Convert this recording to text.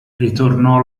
ritornò